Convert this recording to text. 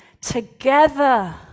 together